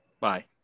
Bye